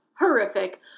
Horrific